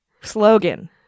slogan